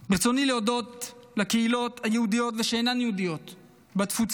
ברצוני להודות לקהילות היהודיות ושאינן יהודיות בתפוצות,